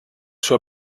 sua